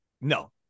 No